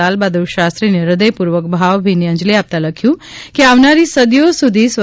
લાલબહાદૂર શાસ્ત્રીને હ્રદયપૂર્વક ભાવભીની અંજલિ આપતાં લખ્યું કે આવનારી સદીઓ સુધી સ્વ